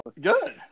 Good